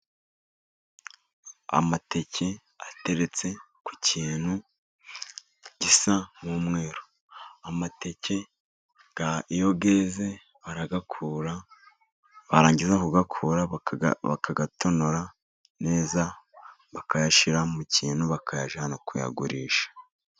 Amateke ateretse ku kintu gisa n'umweru, amateke iyo yeze barayakura, barangiza kuyakura bakayatonora neza bakayashyira mu kintu bakayajyana kuyagurisha.